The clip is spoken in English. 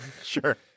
Sure